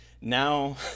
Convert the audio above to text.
now